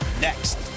next